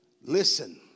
listen